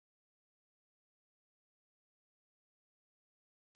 like you like you okay like for me right my surname Pang right